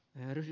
närhi